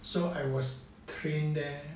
so I was trained there